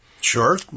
Sure